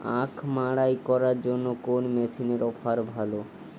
আখ মাড়াই করার জন্য কোন মেশিনের অফার ভালো?